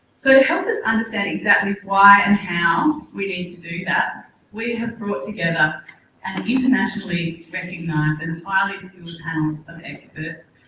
so to help us understand exactly why and how we need to do that we have brought together an internationally recognised and highly skilled panel of experts.